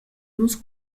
nus